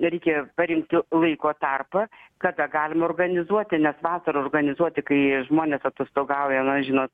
reikia parinkti laiko tarpą kada galima organizuoti nes vasarą organizuoti kai žmonės atostogauja na žinot